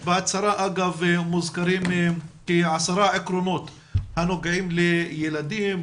בהצהרה אגב מוזכרים עשרה עקרונות הנוגעים לילדים,